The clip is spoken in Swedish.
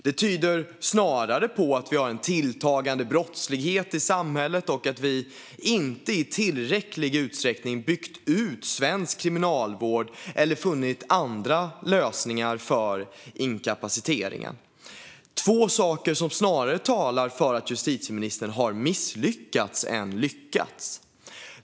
Det tyder snarare på att vi har en tilltagande brottslighet i samhället och att vi inte i tillräcklig utsträckning har byggt ut svensk kriminalvård eller funnit andra lösningar för inkapaciteringen. Detta är två saker som snarare talar för att justitieministern har misslyckats än för att han har lyckats.